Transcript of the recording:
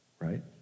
right